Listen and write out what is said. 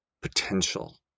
potential